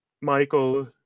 Michael